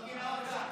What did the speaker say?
הוא לא גינה אותה.